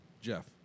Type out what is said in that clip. Jeff